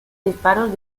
disparos